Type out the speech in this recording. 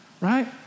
Right